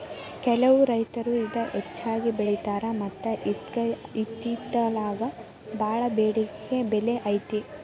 ಕೆಲವು ರೈತರು ಇದ ಹೆಚ್ಚಾಗಿ ಬೆಳಿತಾರ ಮತ್ತ ಇದ್ಕ ಇತ್ತಿತ್ತಲಾಗ ಬಾಳ ಬೆಡಿಕೆ ಬೆಲೆ ಐತಿ